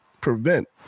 prevent